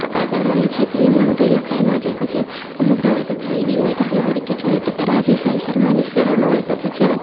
કાગળમાં લખીએ તો એ એમનેમ તો એ લખાઈ ન જાય પછી અમુક નવલકથા એવી હોય દાખલા તરીકે જોઈએ તો કે રાધેશ્યામ શર્માની ફેરો નોવેલ કથા છે ને